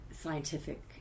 scientific